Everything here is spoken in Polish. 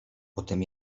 potem